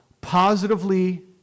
positively